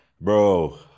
Bro